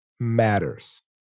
matters